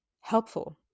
helpful